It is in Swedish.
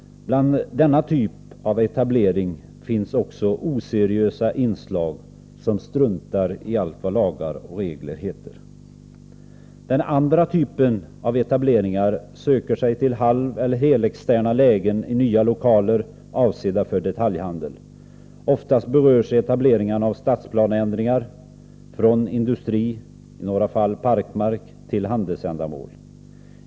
I denna typ av etableringar finns också oseriösa inslag, där man struntar i allt vad lagar och regler heter. När det gäller den andra typen av etableringar söker man sig till halveller helexterna lägen, och det är här fråga om nya lokaler avsedda för detaljhandel. Oftast hänger etableringarna samman med stadsplaneändringar där industrimark — i några fall parkmark — omvandlas till mark för handelsändamål.